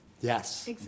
Yes